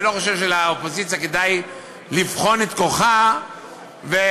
אני לא חושב שלאופוזיציה כדאי לבחון את כוחה וליפול,